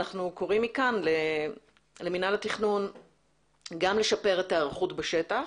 אנחנו קוראים מכאן למינהל התכנון גם לשפר את ההיערכות בשטח